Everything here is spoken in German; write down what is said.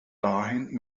dahin